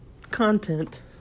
content